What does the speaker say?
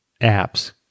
apps